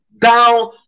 down